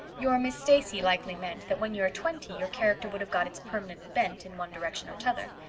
your miss stacy likely meant that when you are twenty your character would have got its permanent bent in one direction or tother,